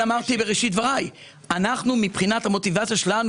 לכן אמרתי בראשית דבריי שהמוטיבציה שלנו